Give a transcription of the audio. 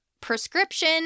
prescription